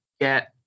get